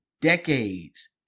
decades